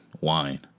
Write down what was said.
wine